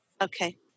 Okay